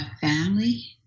family